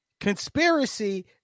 conspiracy